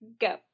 Go